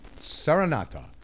Serenata